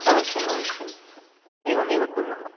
अवश्यं अवश्यं एवमेव कुर्मः